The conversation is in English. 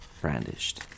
brandished